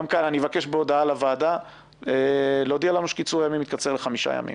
גם כאן אבקש בהודעה לוועדה להודיע שקיצור הימים התקצר לחמישה ימים.